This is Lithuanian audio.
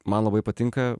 man labai patinka